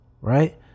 right